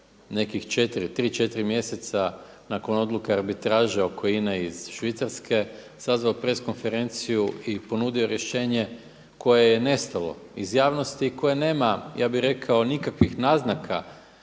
nekih 3,4 mjeseca nakon odluke arbitraže oko INA-e iz Švicarske sazvao press konferenciju i ponudio rješenje koje je nestalo iz javnosti i koje nema nikakvih naznaka.